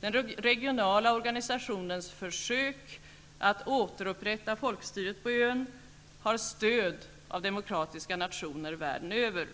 Den regionala organisationens försök att återupprätta folkstyret på ön har stöd av demokratiska nationer världen över.